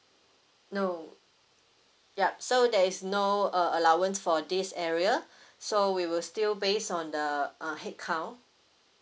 no yup so there is no uh allowance for this area so we will still based on the uh headcount